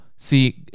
See